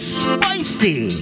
spicy